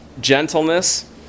gentleness